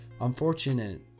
unfortunate